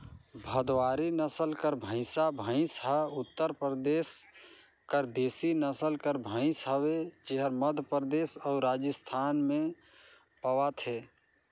भदवारी नसल कर भंइसा भंइस हर उत्तर परदेस कर देसी नसल कर भंइस हवे जेहर मध्यपरदेस अउ राजिस्थान में पवाथे